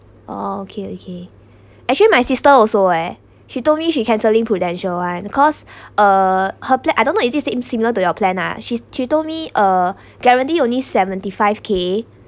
oh okay okay actually my sister also eh she told me she cancelling Prudential [one] because uh her pla~ I don't know isi't it same similar to your plan ah she's she told me uh guarantee only seventy five K